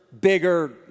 bigger